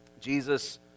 Jesus